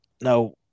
Now